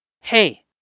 Hey